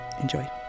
Enjoy